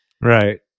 right